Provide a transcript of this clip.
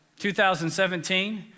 2017